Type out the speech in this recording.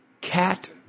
cat